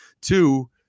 Two